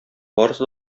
барысы